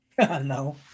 No